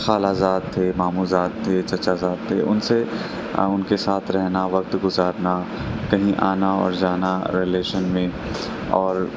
خالہ زاد تھے ماموں زاد تھے چچا زاد تھے ان سے ان کے ساتھ رہنا وقت گزارنا کہیں آنا اور جانا ریلیشن میں اور